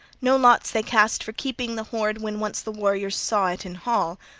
no lots they cast for keeping the hoard when once the warriors saw it in hall,